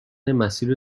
مسیر